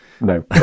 no